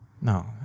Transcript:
No